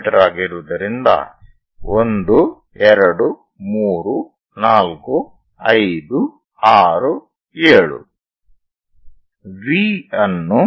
me ಆಗಿರುವುದರಿಂದ1 2 3 4 5 6 7